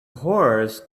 horse